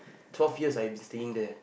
so fierce I sitting there